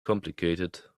complicated